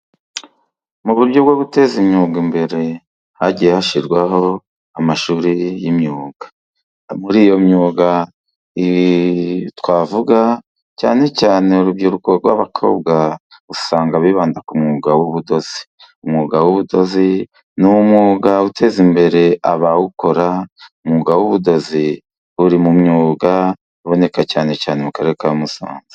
Mu buryo bwo guteza imyuga imbere, hagiye hashyirwaho amashuri y'imyuga. Muri iyo myuga twavuga, cyane cyane urubyiruko rw'abakobwa, usanga bibanda ku mwuga w'ubudozi, umwuga w'ubudozi, ni umwuga uteza imbere abawukora, umwuga w'ubudozi buri mu myuga iboneka cyane cyane mu karere ka Musanze.